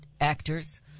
actors